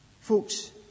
Folks